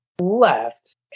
left